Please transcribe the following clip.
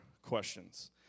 Questions